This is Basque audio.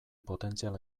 potentzial